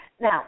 Now